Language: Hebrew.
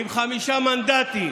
חבר הכנסת פורר,